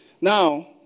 Now